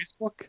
Facebook